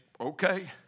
okay